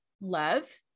love